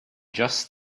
just